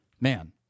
Man